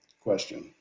question